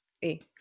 hey